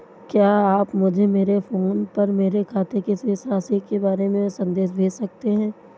क्या आप मुझे मेरे फ़ोन पर मेरे खाते की शेष राशि के बारे में संदेश भेज सकते हैं?